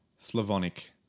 Slavonic